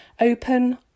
open